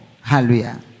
Hallelujah